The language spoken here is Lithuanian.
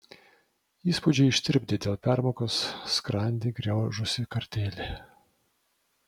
įspūdžiai ištirpdė dėl permokos skrandį griaužusį kartėlį